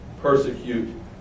persecute